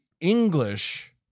English